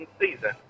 season